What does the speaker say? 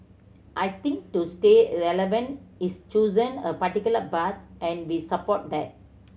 I think to stay relevant is chosen a particular path and we support that